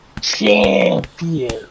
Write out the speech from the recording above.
Champion